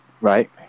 Right